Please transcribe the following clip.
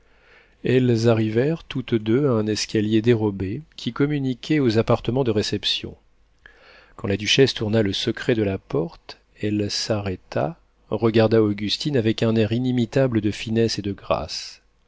elles arrivèrent toutes deux à un escalier dérobé qui communiquait aux appartements de réception quand la duchesse tourna le secret de la porte elle s'arrêta regarda augustine avec un air inimitable de finesse et de grâce